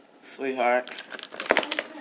Sweetheart